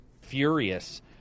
furious